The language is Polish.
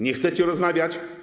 Nie chcecie rozmawiać?